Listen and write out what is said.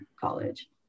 college